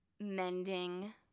mending